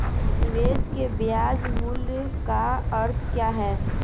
निवेश के ब्याज मूल्य का अर्थ क्या है?